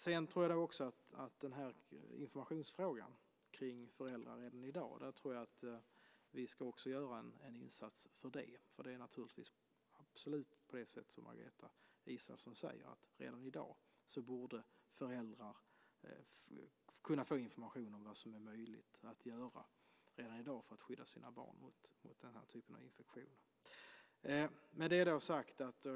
Vi ska också göra en insats i informationsfrågan för föräldrar i dag. Det är precis som Margareta Israelsson säger, nämligen att redan i dag borde föräldrar få information om vad som är möjligt att göra för att skydda sina barn mot denna typ av infektion.